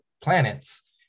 planets